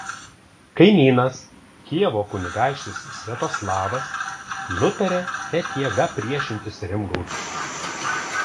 kaimynas kijevo kunigaikštis sviatoslavas nutarė net jėga priešintis rimgaudui